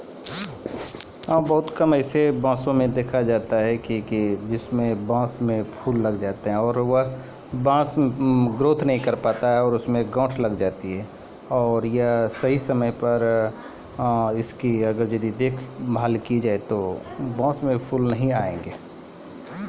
बांस केरो फूल फुलाय म साठ सालो तक क समय लागी जाय छै